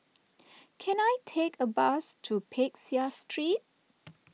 can I take a bus to Peck Seah Street